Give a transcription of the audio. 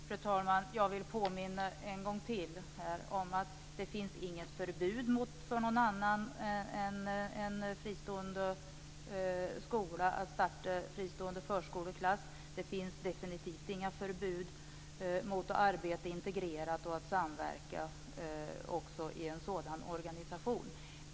Fru talman! Jag vill än en gång påminna om att det inte finns något förbud mot att någon annan än en fristående skola startar fristående förskoleklass. Det finns definitivt inga förbud mot att arbeta integrerat och att samverka också i en sådan organisation.